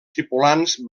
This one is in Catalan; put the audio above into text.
tripulants